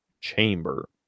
chamber